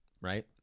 right